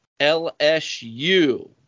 LSU